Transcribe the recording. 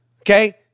Okay